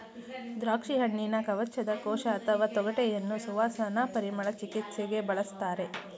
ದ್ರಾಕ್ಷಿಹಣ್ಣಿನ ಕವಚದ ಕೋಶ ಅಥವಾ ತೊಗಟೆಯನ್ನು ಸುವಾಸನಾ ಪರಿಮಳ ಚಿಕಿತ್ಸೆಗೆ ಬಳಸ್ತಾರೆ